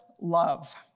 love